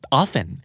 often